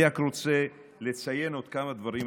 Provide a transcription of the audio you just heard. אני רק רוצה לציין עוד כמה דברים,